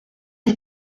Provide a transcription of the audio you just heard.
his